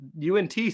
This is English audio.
UNT